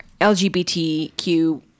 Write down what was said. LGBTQ